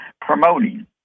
promoting